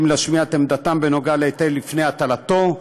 להשמיע את עמדתם בנוגע להיטל לפני הטלתו,